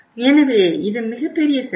எனவே இது மிகப் பெரிய செலவு